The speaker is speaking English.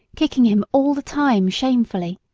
kicking him all the time shamefully,